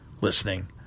listening